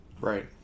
Right